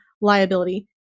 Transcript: liability